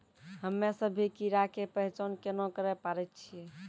हम्मे सभ्भे कीड़ा के पहचान केना करे पाड़ै छियै?